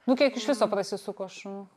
nu kiek iš viso prasisuko šunų